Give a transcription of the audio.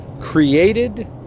created